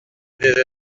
des